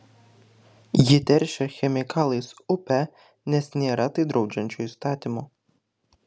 ji teršia chemikalais upę nes nėra tai draudžiančio įstatymo